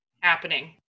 happening